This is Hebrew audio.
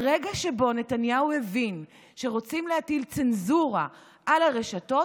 ברגע שבו נתניהו הבין שרוצים להטיל צנזורה על הרשתות,